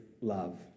love